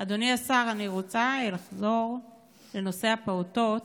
אדוני השר, אני רוצה לחזור לנושא הפעוטות.